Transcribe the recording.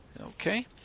Okay